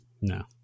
No